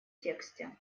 тексте